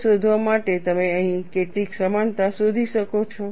તે શોધવા માટે તમે અહીં કેટલીક સમાનતા શોધી શકો છો